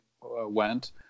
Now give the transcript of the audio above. went